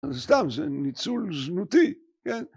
אז סתם, זה ניצול זנותי, כן?